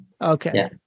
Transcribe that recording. Okay